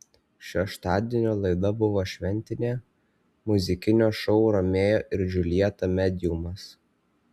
šeštadienio laida buvo šventinė muzikinio šou romeo ir džiuljeta mediumas